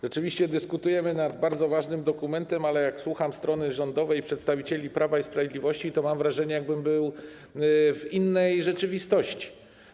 Rzeczywiście dyskutujemy nad bardzo ważnym dokumentem, ale jak słucham strony rządowej i przedstawicieli Prawa i Sprawiedliwości, to mam wrażenie, jakbym był w innej rzeczywistości.